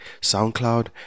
SoundCloud